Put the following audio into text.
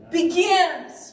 begins